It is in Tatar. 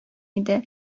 иде